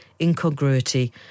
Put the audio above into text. incongruity